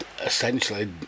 essentially